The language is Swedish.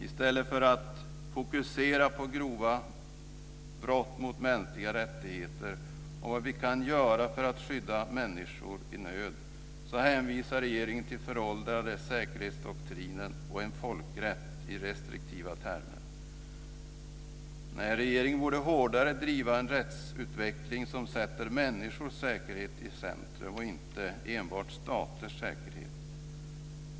I stället för att fokusera på grova brott mot mänskliga rättigheter och vad vi kan göra för att skydda människor i nöd hänvisar regeringen till den föråldrade säkerhetsdoktrinen och en folkrätt i restriktiva termer. Nej, regeringen borde hårdare driva en rättsutveckling som sätter människors säkerhet i centrum och inte enbart staters säkerhet.